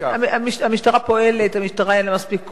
המשטרה פועלת, למשטרה אין מספיק כוח,